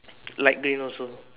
light green also